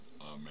Amen